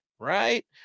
Right